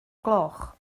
gloch